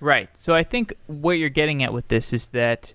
right. so i think where you're getting at with this is that